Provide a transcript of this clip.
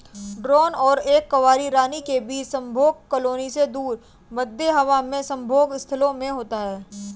drone और एक कुंवारी रानी के बीच संभोग कॉलोनी से दूर, मध्य हवा में संभोग स्थलों में होता है